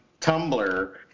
Tumblr